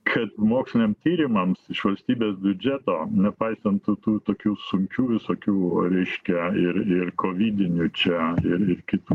kad moksliniam tyrimams iš valstybės biudžeto nepaisant tų tokių sunkių visokių reiškia ir ir kovidinių čia ir ir kitų